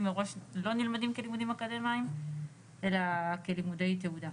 מראש לא נלמדים כלימודים אקדמאים אלא כלימודי תעודה.